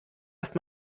erst